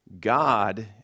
God